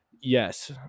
yes